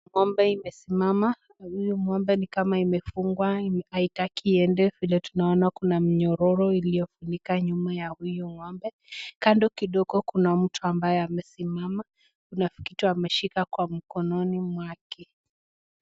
Ng'ombe imesimama na huyu ngombe ni kama imefungwa haitaki iende vile tunaona kuna minyororo iliyotumika nyuma ya huyu ng'ombe, kando kidogo kuna mtu ambaye amesimama kuna kitu amashika kwa mikononi mwake.